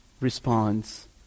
responds